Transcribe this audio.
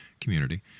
community